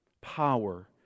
power